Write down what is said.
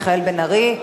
מיכאל בן-ארי.